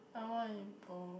I want to eat both